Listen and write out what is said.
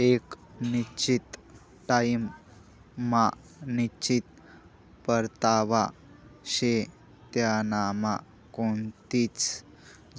एक निश्चित टाइम मा निश्चित परतावा शे त्यांनामा कोणतीच